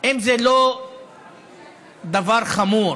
אם זה לא דבר חמור,